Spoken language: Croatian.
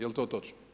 Jel to točno?